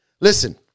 Listen